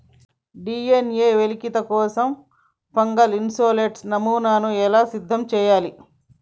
DNA వెలికితీత కోసం fungal isolate నమూనాను ఎలా సిద్ధం చెయ్యాలి?